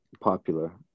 popular